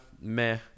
meh